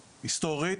ההיסטורית.